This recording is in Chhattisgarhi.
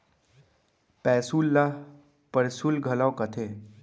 पैसुल ल परसुल घलौ कथें